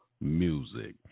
music